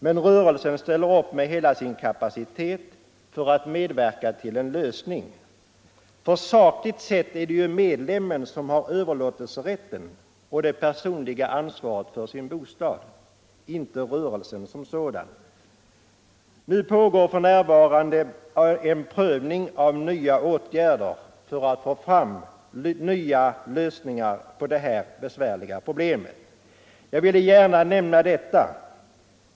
Men rörelsen ställer upp med hela sin kapacitet för att medverka till en lösning. Sakligt sett är det ju medlemmarna som har överlåtelserätten och ansvaret för sin bostad, inte rörelsen som sådan. För närvarande pågår en prövning av nya åtgärder för att få fram lösningar på detta besvärliga problem. Jag vill gärna nämna den saken.